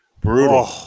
brutal